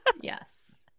yes